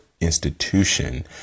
institution